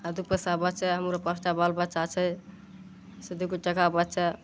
आब दू पैसा बचए हमरो पॉँच टा बालबच्चा छै से दू गो टाका बचए